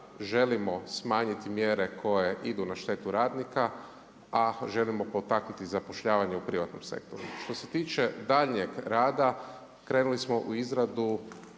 želimo smanjiti mjere koje idu na štetu radnika a ako želimo potaknuti zapošljavanje u privatnom sektoru. Što se tiče daljnjeg rada krenuli smo u izradu